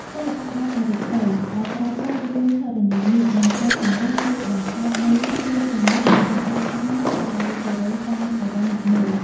សិល្បៈបែបអរូបី ដែលប្រើប្រាស់រូបរាងធរណីមាត្រ និងពណ៌ចម្រុះ ជួយបង្កើតនូវភាពទំនើប និងការបកស្រាយដោយសេរីតាមអារម្មណ៍អ្នកមើល។